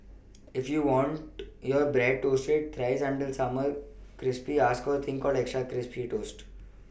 if you want your bread toasted thrice until super crispy ask a thing called extra crispy toast